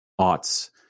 aughts